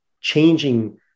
changing